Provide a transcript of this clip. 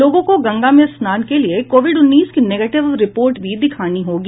लोगों को गंगा में स्नान के लिए कोविड उन्नीस की निगेटिव रिपोर्ट भी दिखानी होगी